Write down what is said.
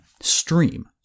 stream